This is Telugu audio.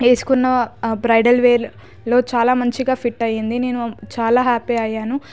వేసుకున్న బ్రైడల్ వేర్లో చాలా మంచిగా ఫిట్ అయింది నేను చాలా హ్యాపీ అయ్యాను